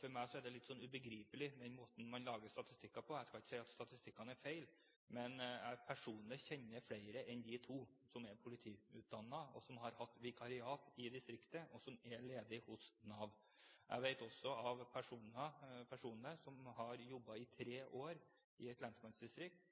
For meg er den måten man lager statistikker på, litt ubegripelig. Jeg skal ikke si at statistikkene er feil, men jeg personlig kjenner flere enn de to som er politiutdannet, som har hatt vikariat i distriktet, og som går ledige hos Nav. Jeg vet også om personer som har jobbet i tre år i et lensmannsdistrikt,